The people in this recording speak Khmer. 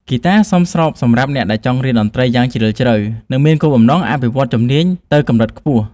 ហ្គីតាសមស្របសម្រាប់អ្នកដែលចង់រៀនតន្ត្រីយ៉ាងជ្រាលជ្រៅ និងមានគោលបំណងអភិវឌ្ឍជំនាញទៅកម្រិតខ្ពស់។